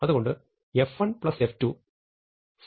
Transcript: അതുകൊണ്ട് f1 f2 c1